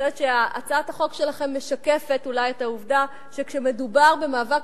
אני חושבת שהצעת החוק שלכם משקפת אולי את העובדה שכשמדובר במאבק